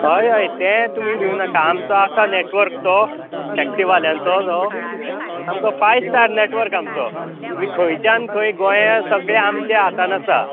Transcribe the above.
हय हय तें तुमीं भिऊ नाका आमचो आसा नॅटवर्क तो टॅक्सी वाल्यांचो जो सामको फाय स्टार नॅटवर्क आमचो तुमीं खंयच्यान खंय गोंयां सगळें आमच्या हातान आसा